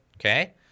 Okay